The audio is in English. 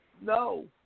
No